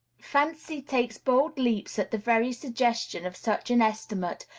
fancy takes bold leaps at the very suggestion of such an estimate,